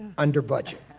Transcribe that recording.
under budget.